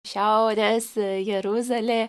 šiaurės jeruzalė